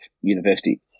university